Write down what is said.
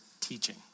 teaching